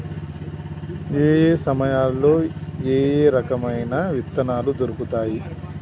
ఏయే సమయాల్లో ఏయే రకమైన విత్తనాలు దొరుకుతాయి?